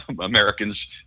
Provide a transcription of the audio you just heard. Americans